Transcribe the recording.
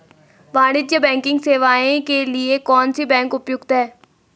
वाणिज्यिक बैंकिंग सेवाएं के लिए कौन सी बैंक उपयुक्त है?